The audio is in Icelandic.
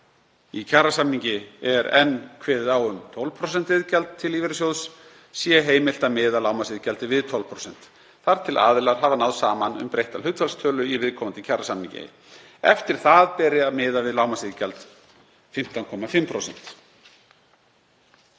í kjarasamningi er enn kveðið á um 12% iðgjald til lífeyrissjóðs sé heimilt að miða lágmarksiðgjaldið við 12%, þar til aðilar hafi náð saman um breytta hlutfallstölu í viðkomandi kjarasamningi. Eftir það beri að miða lágmarksiðgjald við 15,5%.